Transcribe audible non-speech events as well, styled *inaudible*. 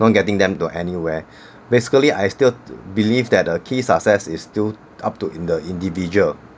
not getting them to anywhere *breath* basically I still believe that a key success is still up to in the individual